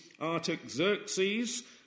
Artaxerxes